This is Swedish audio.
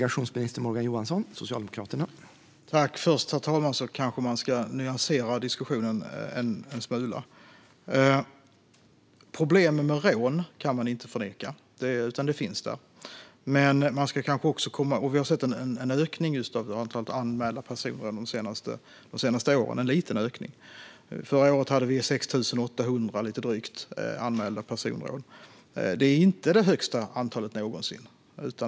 Herr talman! Först kanske man ska nyansera diskussionen en smula. Problemet med rån kan man inte förneka. Det finns där, och vi har också sett en ökning just av antalet anmälda personrån de senaste åren - en liten ökning. Förra året hade vi lite drygt 6 800 anmälda personrån. Det är inte det högsta antalet någonsin.